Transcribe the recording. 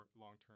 Long-Term